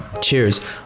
Cheers